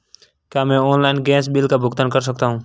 क्या मैं online gas bill का भुगतान कर सकता हूँ?